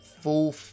full